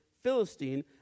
Philistine